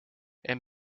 and